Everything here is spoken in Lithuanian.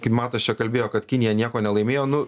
kaip matas čia kalbėjo kad kinija nieko nelaimėjo nu